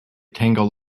tangled